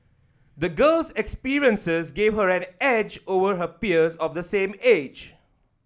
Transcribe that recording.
the girl's experiences gave her an edge over her peers of the same age